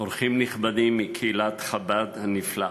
אורחים נכבדים מקהילת חב"ד הנפלאה,